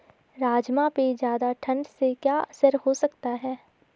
राजमा पे ज़्यादा ठण्ड से क्या असर हो सकता है?